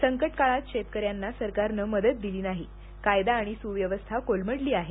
संकटकाळात शेतकऱ्यांना सरकारने मदत दिली नाही कायदा आणि सुव्यवस्था कोलमडली आहे